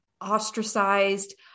ostracized